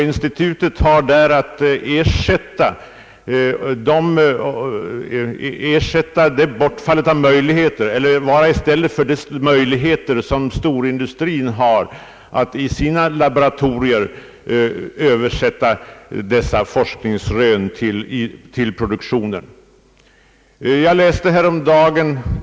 Institutet har att på sitt sätt skapa en motsvarighet till de möjligheter som finns inom storindustrin att i sina laboratorier översätta dessa forskningsrön till praktisk användning i produktionen.